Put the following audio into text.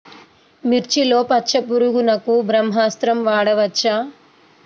మిర్చిలో పచ్చ పురుగునకు బ్రహ్మాస్త్రం వాడవచ్చా?